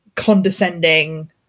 condescending